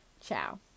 Ciao